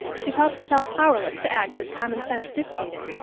she felt herself powerless to act as common-sense dictated,